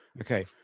Okay